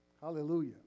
Hallelujah